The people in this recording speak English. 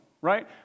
right